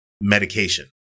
medication